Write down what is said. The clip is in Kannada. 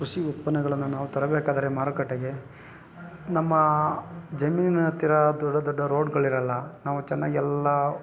ಕೃಷಿ ಉತ್ಪನ್ನಗಳನ್ನು ನಾವು ತರಬೇಕಾದರೆ ಮಾರುಕಟ್ಟೆಗೆ ನಮ್ಮ ಜಮೀನು ಹತ್ತಿರ ದೊಡ್ಡ ದೊಡ್ಡ ರೋಡ್ಗಳಿರಲ್ಲ ನಾವು ಚೆನ್ನಾಗಿ ಎಲ್ಲ